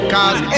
Cause